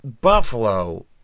Buffalo